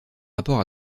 rapport